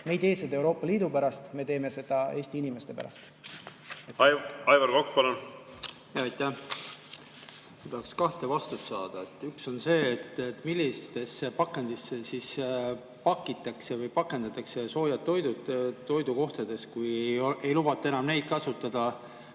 Me ei tee seda Euroopa Liidu pärast, me teeme seda Eesti inimeste pärast. Aivar Kokk, palun! Aitäh! Ma tahaks kahte vastust saada. Üks on see, millisesse pakendisse siis pakitakse või pakendatakse soojad toidud toidukohtades, kui ei lubata enam neid kasutada,